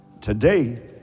Today